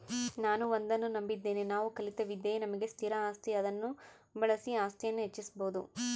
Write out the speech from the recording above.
ನಾನು ಒಂದನ್ನು ನಂಬಿದ್ದೇನೆ ನಾವು ಕಲಿತ ವಿದ್ಯೆಯೇ ನಮಗೆ ಸ್ಥಿರ ಆಸ್ತಿ ಅದನ್ನು ಬಳಸಿ ಆಸ್ತಿಯನ್ನು ಹೆಚ್ಚಿಸ್ಬೋದು